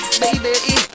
baby